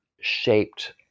shaped